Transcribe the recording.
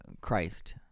Christ